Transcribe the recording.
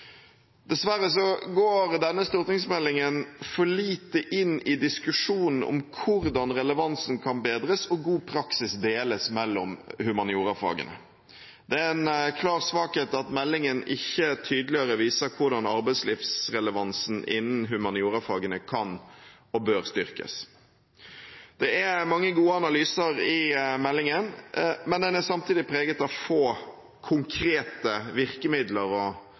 Dessverre går denne stortingsmeldingen for lite inn i diskusjonen om hvordan relevansen kan bedres og god praksis deles mellom humaniorafagene. Det er en klar svakhet at meldingen ikke tydeligere viser hvordan arbeidslivsrelevansen innen humaniorafagene kan og bør styrkes. Det er mange gode analyser i meldingen, men den er samtidig preget av få konkrete virkemidler og